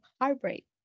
heartbreak